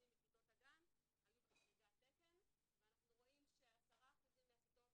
מכיתות הגן היו בחריגת תקן ואנחנו רואים ש-10% מהכיתות